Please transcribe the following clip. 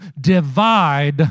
divide